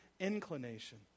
Inclination